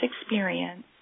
experience